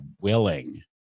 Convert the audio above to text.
willing